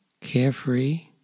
carefree